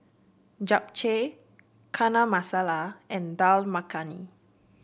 Japchae Chana Masala and Dal Makhani